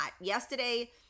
yesterday